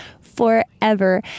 forever